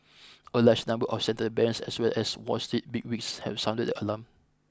a large number of central banks as well as Wall Street bigwigs have sounded the alarm